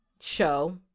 show